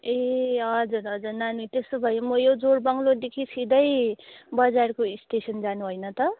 ए हजुर हजुर नानी त्यसो भए म यो जोरबङ्गलोदेखि सिधै बजारको स्टेसन जानु होइन त